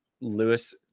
lewis